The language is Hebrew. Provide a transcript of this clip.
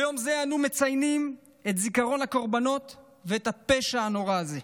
ביום זה אנו מציינים את זיכרון הקורבנות ואת הפשע הנורא הזה,